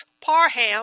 Parham